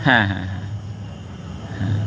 হ্যাঁ হ্যাঁ হ্যাঁ হ্যাঁ